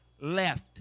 left